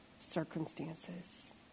circumstances